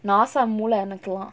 NASA மூள எனக்குலா:moola enakulaa